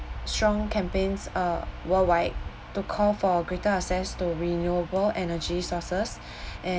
strong campaigns uh worldwide to call for greater access to renewable energy sources and